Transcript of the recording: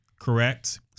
correct